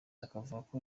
akavuga